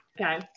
Okay